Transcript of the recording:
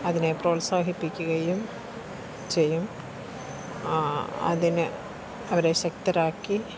അതിനെ പ്രോത്സാഹിപ്പിക്കുകയും ചെയ്യും അതിന് അവരെ ശക്തരാക്കി